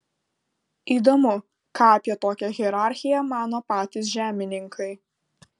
įdomu ką apie tokią hierarchiją mano patys žemininkai